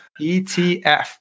ETF